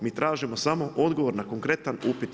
Mi tražimo samo odgovor na konkretan upita.